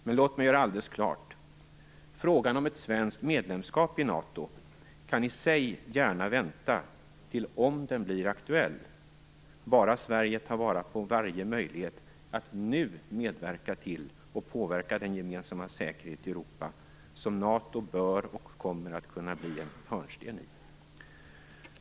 Men låt mig göra alldeles klart att frågan om ett svenskt medlemskap i NATO i sig gärna kan vänta och tas upp om den blir aktuell, bara Sverige tar vara på varje möjlighet att nu medverka till och påverka den gemensamma säkerheten i Europa, som NATO bör och kommer att kunna bli en hörnsten i.